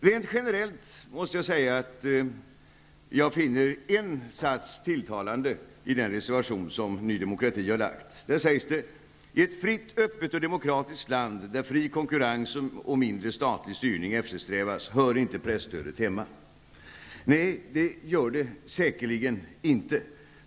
Rent generellt måste jag säga att jag finner en sats tilltalande i den reservation som Ny demokrati har avgivit. Där sägs det: ''I ett fritt, öppet och demokratiskt land, där fri konkurrens och mindre statlig styrning eftersträvas, hör inte presstödet hemma.'' Nej, det gör det säkerligen inte.